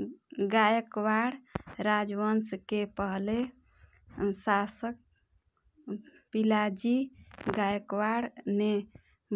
गायकवाड़ राजवंश के पहले शाशक पिलाजी गायकवाड़ ने